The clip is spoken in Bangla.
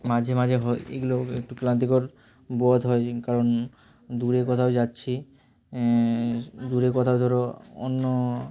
মাঝে মাঝে হয় এগুলো একটু ক্লান্তিকর বোধ হয় কারণ দূরে কোথাও যাচ্ছি দূরে কোথাও ধরো অন্য